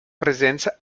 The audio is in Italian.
presenza